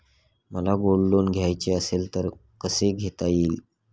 मला gold loan घ्यायचे असेल तर कसे घेता येईल?